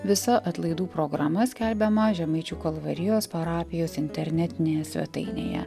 visa atlaidų programa skelbiama žemaičių kalvarijos parapijos internetinėje svetainėje